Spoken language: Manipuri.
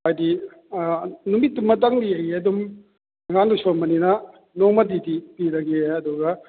ꯍꯥꯏꯗꯤ ꯅꯨꯃꯤꯠꯇꯨꯃꯇꯪꯒꯤ ꯑꯩ ꯑꯗꯨꯝ ꯑꯉꯥꯡꯒꯤ ꯁꯣꯟꯕꯅꯤꯅ ꯅꯣꯡꯃꯗꯨꯗꯤ ꯄꯤꯔꯒꯦ ꯑꯗꯨꯒ